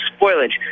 spoilage